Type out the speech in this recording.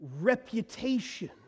reputation